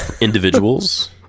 Individuals